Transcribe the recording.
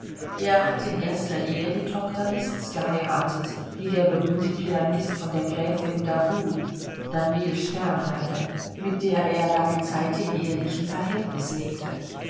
er hat in erster ehe die tochter liszts geheiratet die der berühmte pianist von der gräfin d'agoult daniel stern hatte mit der er lange zeit im ehelichen verhältnis lebte